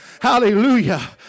Hallelujah